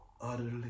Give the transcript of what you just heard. utterly